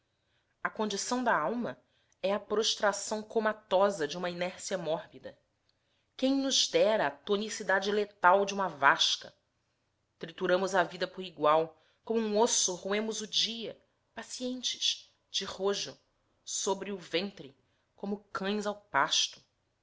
a condição da alma é a prostração comatosa de uma inércia mórbida quem nos dera a tonicidade letal de uma vasca trituramos a vida por igual como um osso roemos o dia pacientes de rojo sobre o ventre como cães ao pasto